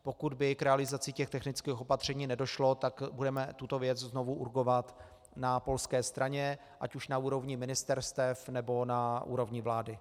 Pokud by k realizaci technických opatření nedošlo, tak budeme tuto věc znovu urgovat na polské straně, ať už na úrovni ministerstev, nebo na úrovni vlády.